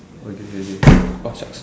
okay K K oh shucks